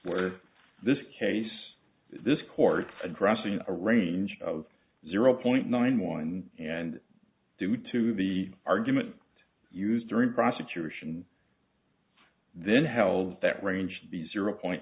where this case this court addressing a range of zero point nine one and due to the argument used during prosecution then held that range the zero point